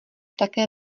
také